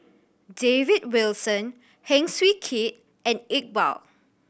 David Wilson Heng Swee Keat and Iqbal